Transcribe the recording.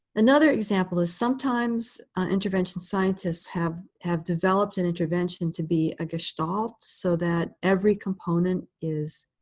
another example is sometimes intervention scientists have have developed an intervention to be a gestalt so that every component is